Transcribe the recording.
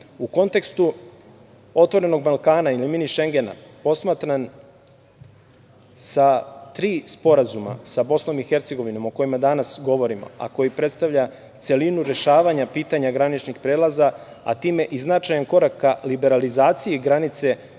u kontekstu "Otvorenog Balkana" ili "Mini Šengena", posmatran sa tri sporazuma, sa Bosnom i Hercegovinom, o kojima danas govorimo, a koji predstavlja celinu rešavanja pitanja graničnih prelaza, a time i značajan korak ka liberalizaciji granice